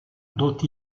dont